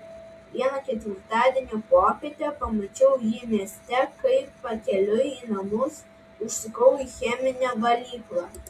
vieną ketvirtadienio popietę pamačiau jį mieste kai pakeliui į namus užsukau į cheminę valyklą